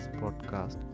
podcast